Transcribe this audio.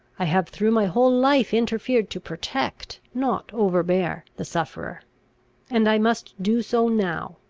i have through my whole life interfered to protect, not overbear, the sufferer and i must do so now.